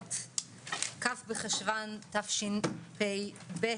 הבריאות כ' בחשוון תשפ"ב,